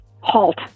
halt